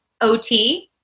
OT